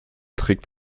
trick